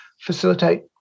facilitate